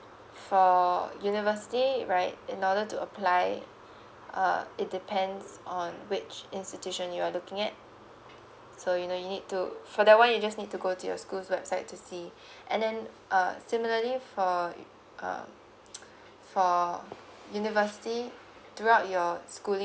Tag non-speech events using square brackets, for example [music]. for university right in order to apply uh it depends on which institution you're looking at so you know you need to for that one you just need to go to your school's website to see and then uh similarly for um [noise] for university throughout your schooling